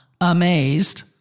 amazed